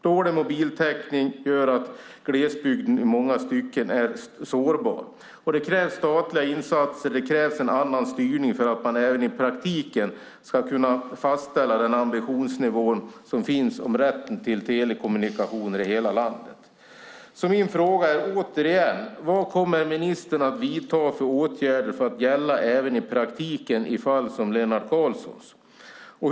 Dålig mobiltäckning gör att glesbygden i många stycken är sårbar, och det krävs statliga insatser och en annan styrning för att man även i praktiken ska kunna säkerställa den ambitionsnivå som finns när det gäller rätten till telekommunikationer i hela landet. Mina frågor är, återigen: Vilka åtgärder kommer ministern att vidta för att detta ska gälla även i praktiken i fall som Lennart Karlssons?